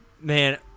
man